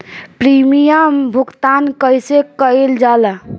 Premium भुगतान कइसे कइल जाला?